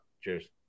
Cheers